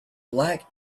black